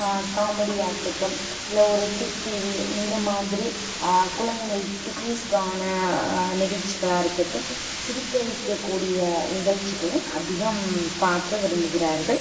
காமெடியாக இருக்கட்டும் இல்லை ஒரு சுட்டி டிவி இந்த மாதிரி குழந்தைங்கள் சுட்டீஸ்க்கான நிகழ்ச்சிகளா இருக்கட்டும் சிரிக்க வைக்கக்கூடிய நிகழ்ச்சிகளை அதிகம் பார்க்க விரும்புகிறார்கள்